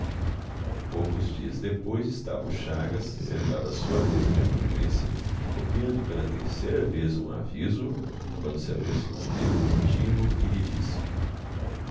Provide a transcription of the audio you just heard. poucos dias depois estava o chagas sentado à sua mesa de amanuense copiando pela terceira vez um aviso quando se aproximou dele um contínuo e lhe disse